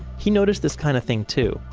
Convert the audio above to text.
he noticed this kind of thing too.